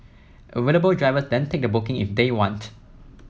available drivers then take the booking if they want